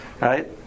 right